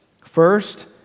first